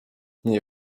nie